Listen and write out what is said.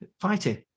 fighting